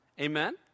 Amen